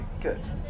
Good